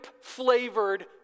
flavored